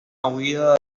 huida